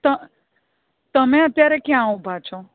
તમે અત્યારે ક્યાં ઊભા છો